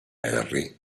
henry